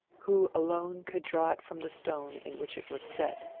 who alone could draw it from the stone in which it was set.